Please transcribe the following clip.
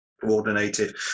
coordinated